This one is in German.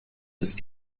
ist